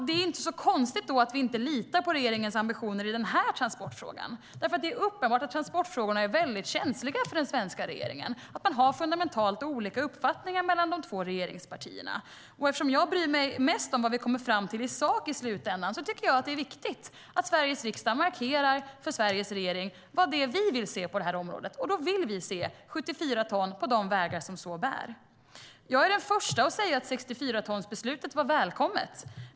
Det inte så konstigt att vi då inte litar på regeringens ambitioner i den här transportfrågan. Det är uppenbart att transportfrågorna är känsliga för den svenska regeringen och att man har fundamentalt olika uppfattningar mellan de två regeringspartierna. Eftersom jag bryr mig mest om vad vi kommer fram till i sak i slutändan tycker jag att det är viktigt att Sveriges riksdag markerar för Sveriges regering vad det är vi vill se på området. Och då vill vi se 74 ton på de vägar som så bär. Jag är den första att säga att 64-tonsbeslutet var välkommet.